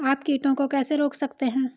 आप कीटों को कैसे रोक सकते हैं?